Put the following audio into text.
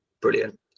Brilliant